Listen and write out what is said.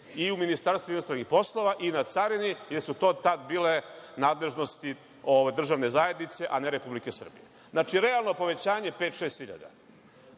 i u Ministarstvu inostranih poslova i na carini, jer su to tad bile nadležnosti državne zajednice, a ne Republike Srbije. Znači, realno povećanje je